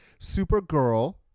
Supergirl